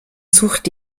sucht